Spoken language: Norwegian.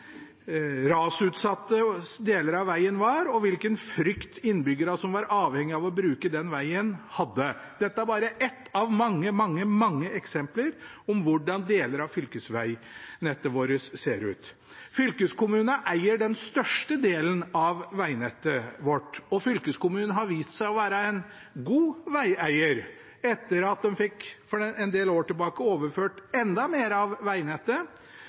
rasutsatt deler av vegen var, og hvilken frykt innbyggerne som var avhengig av å bruke den vegen, hadde. Dette er bare ett av mange, mange, mange eksempler på hvordan deler av fylkesvegnettet vårt ser ut. Fylkeskommunene eier den største delen av vegnettet vårt, og de har vist seg å være gode vegeiere. Etter at de for en del år tilbake fikk overført enda mer av